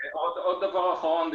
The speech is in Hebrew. עוד דבר האחרון.